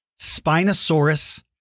Spinosaurus